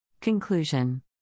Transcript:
Conclusion